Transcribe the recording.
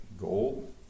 Gold